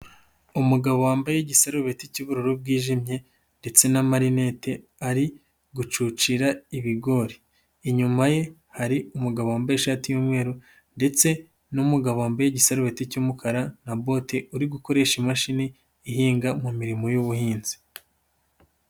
Umugabo wambaye igiserubeti cy'ubururu bwijimye, ndetse na marinete ari gucucira ibigori, inyuma ye hari umugabo wambaye ishati y'umweru, ndetse n'umugabo wambaye igisarubeti cy'umukara na bote, uri gukoresha imashini ihinga mu mirimo y'ubuhinzi.